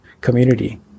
community